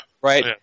Right